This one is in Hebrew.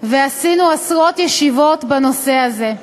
ועשינו עשרות ישיבות בנושא הזה.